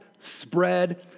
spread